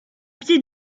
pied